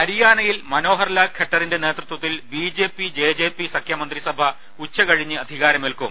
ഹരിയാനയിൽ മനോഹർലാൽ ഖട്ടറിന്റെ നേതൃത്വത്തിൽ B J P J J P സഖ്യ മന്ത്രിസഭ ഉച്ചകഴിഞ്ഞ് അധികാ രമേൽക്കും